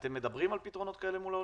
אתם מדברים על פתרונות כאלה מול האוצר?